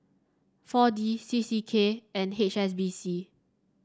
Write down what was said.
four D C C K and H S B C